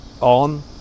on